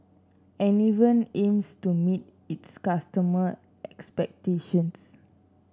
Enervon aims to meet its customer expectations